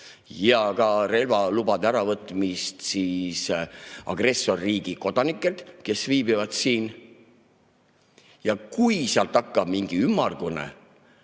ja ka relvalubade äravõtmise kohta agressorriigi kodanikelt, kes siin viibivad. Ja kui sealt hakkab mingi ümmargune